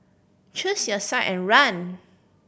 choose your side and run